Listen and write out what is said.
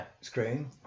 screen